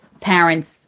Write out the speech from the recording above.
parents